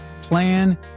plan